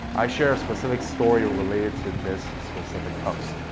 i share specific stories related to this specific post.